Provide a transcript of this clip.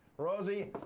rosie,